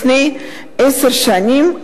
לפני עשר שנים,